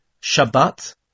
Shabbat